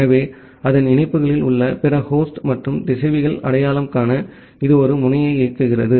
எனவே அதன் இணைப்புகளில் உள்ள பிற ஹோஸ்ட் மற்றும் திசைவிகளை அடையாளம் காண இது ஒரு முனையை இயக்குகிறது